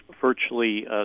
virtually